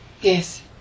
Yes